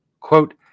Quote